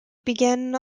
began